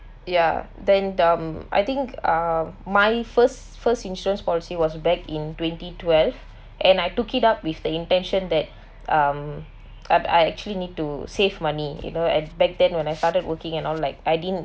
ya then dumb I think uh my first first insurance policy was back in twenty twelve and I took it up with the intention that um I I actually need to save money you know at back then when I started working and all like I didn't